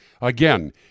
Again